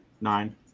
Nine